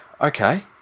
okay